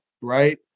right